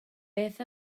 beth